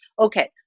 okay